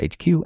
HQ